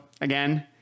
again